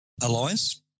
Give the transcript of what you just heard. Alliance